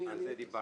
אתה ודאי